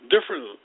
different